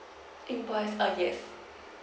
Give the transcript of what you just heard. invoice err yes